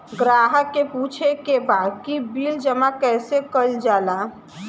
ग्राहक के पूछे के बा की बिल जमा कैसे कईल जाला?